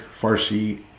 Farsi